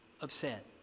upset